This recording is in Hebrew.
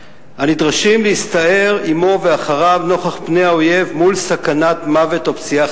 הנדרשים להסתער עמו ואחריו נוכח פני האויב מול סכנת מוות או פציעה,